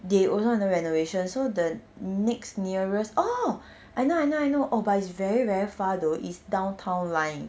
they also under renovation so the next nearest orh I know I know I know oh but it's very very far though it's downtown line